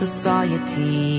Society